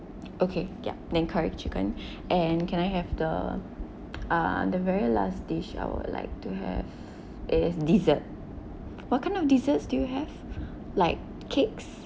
okay yup then curry chicken and can I have the uh the very last dish I would like to have is dessert what kind of dessert do you have like cakes